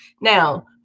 now